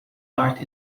art